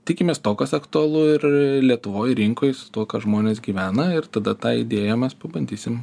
tikimės to kas aktualu ir lietuvoj rinkoj su tuo kad žmonės gyvena ir tada tą ideją mes pabandysim